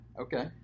Okay